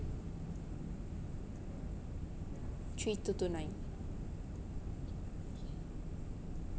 three two two nine